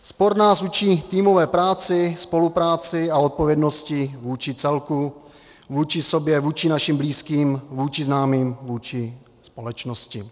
Sport nás učí týmové práci, spolupráci a odpovědnosti vůči celku, vůči sobě, vůči našim blízkým, vůči známým, vůči společnosti.